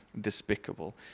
despicable